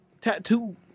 tattoo